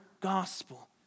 gospel